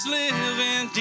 living